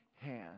hand